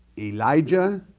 elijah